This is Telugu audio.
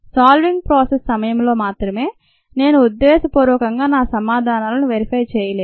"సాల్వింగ్ ప్రాసెస్" సమయంలో మాత్రమే నేను ఉద్దేశ్యపూర్వకంగా నా సమాధానాలను వెరిఫై చేయలేదు